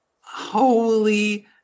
Holy